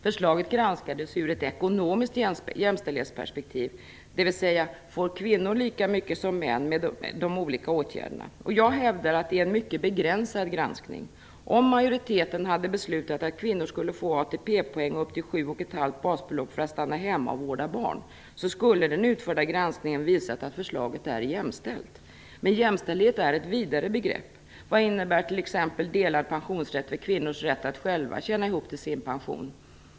Förslaget granskades ur ett ekonomiskt jämställdhetsperspektiv, dvs. att det studerades om kvinnor får lika mycket som män med de olika åtgärderna. Jag hävdar att det är en mycket begränsad granskning. Om majoriteten hade beslutat att kvinnor skulle få ATP-poäng upp till sju och ett halvt basbelopp för att stanna hemma och vårda barn, skulle den utförda granskningen ha visat att förslaget är jämställt. Men jämställdhet är ett vidare begrepp. Vad innebär t.ex. delad pensionsrätt för kvinnors rätt att själva tjäna ihop till sin pension?